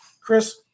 Chris